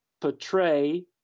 portray